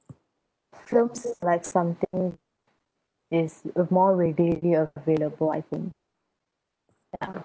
films like something is of more readily available I think ya